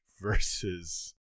versus